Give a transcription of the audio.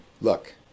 Look